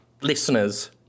listeners